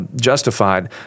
justified